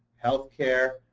health care,